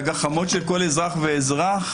שלל טענות להתנהגות המשטרה.